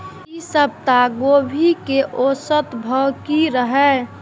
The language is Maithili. ई सप्ताह गोभी के औसत भाव की रहले?